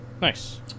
Nice